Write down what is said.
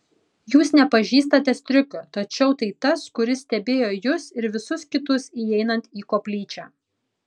jūs nepažįstate striukio tačiau tai tas kuris stebėjo jus ir visus kitus įeinant į koplyčią